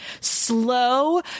slow